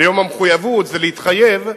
יום המחויבות זה להתחייב,